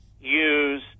use